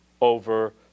over